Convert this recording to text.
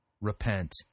Repent